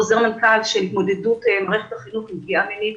חוזר מנכ"ל של התמודדות מערכת החינוך עם פגיעה מינית